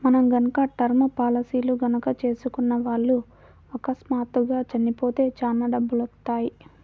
మనం గనక టర్మ్ పాలసీలు గనక చేసుకున్న వాళ్ళు అకస్మాత్తుగా చచ్చిపోతే చానా డబ్బులొత్తయ్యి